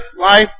life